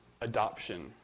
adoption